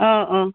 अ अ